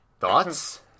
thoughts